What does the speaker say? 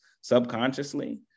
subconsciously